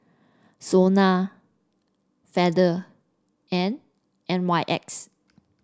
Sona Feather and N Y X